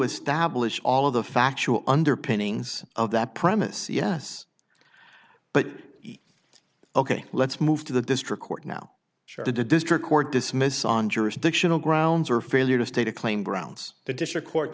establish all of the factual underpinnings of that premise yes but ok let's move to the district court now sure the district court dismiss on jurisdictional grounds or failure to state a claim grounds the district court